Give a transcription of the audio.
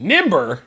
Nimber